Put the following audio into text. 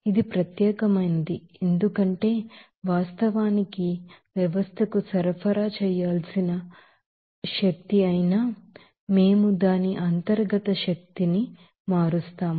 ఇది ప్రత్యేకమైనది ఎందుకంటే వాస్తవానికి వ్యవస్థకు సరఫరా చేయాల్సిన ఎవరి ఎనర్జీ అయినా మేము దాని ఇంటర్నల్ ఎనర్జీని మారుస్తాము